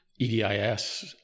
Edis